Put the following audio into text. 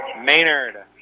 Maynard